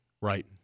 Right